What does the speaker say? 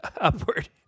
upward